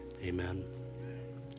amen